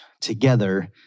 together